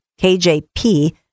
KJP